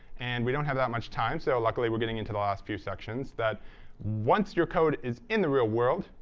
and we don't have that much time so luckily we're getting into the last few sections. that once your code is in the real world,